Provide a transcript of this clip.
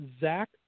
Zach